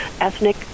ethnic